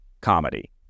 comedy